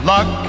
Luck